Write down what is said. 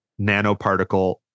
nanoparticle